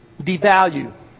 devalue